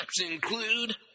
include